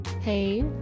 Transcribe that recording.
Hey